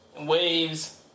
waves